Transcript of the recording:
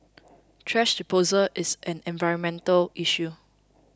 thrash disposal is an environmental issue